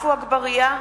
(קוראת בשמות חברי הכנסת) עפו אגבאריה,